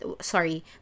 sorry